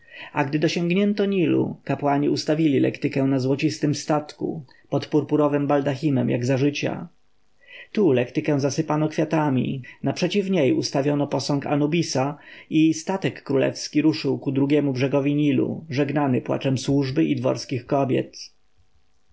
a gdy dosięgnięto nilu kapłani ustawili lektykę na złocistym statku pod purpurowym baldachimem jak za życia tu lektykę zasypano kwiatami naprzeciw niej ustawiono posąg anubisa i statek królewski ruszył ku drugiemu brzegowi nilu żegnany płaczem służby i dworskich kobiet